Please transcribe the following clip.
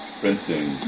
printing